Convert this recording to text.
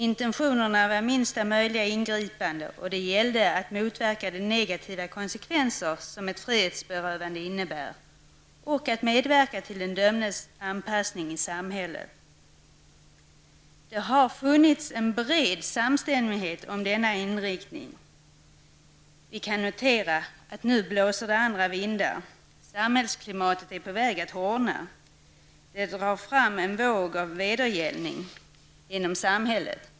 Intentionerna var minsta möjliga ingripande och det gällde att motverka de negativa konsekvenser som ett frihetsberövande innebär samt att medverka till den dömdes anpassning i samhället. Det har funnits en bred samstämmighet om denna inriktning. Vi kan notera att det nu blåser andra vindar. Samhällsklimatet är på väg att hårdna -- det drar en våg av vedergällning genom samhället.